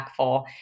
impactful